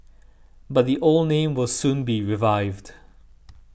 but the old name will soon be revived